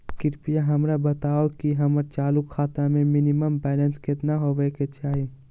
कृपया हमरा बताहो कि हमर चालू खाता मे मिनिमम बैलेंस केतना होबे के चाही